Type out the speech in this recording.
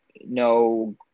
no